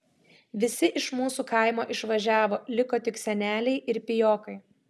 visi iš mūsų kaimo išvažiavo liko tik seneliai ir pijokai